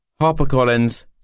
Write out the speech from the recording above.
HarperCollins